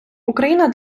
україна